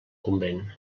convent